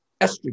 Estrogen